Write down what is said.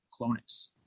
Clonus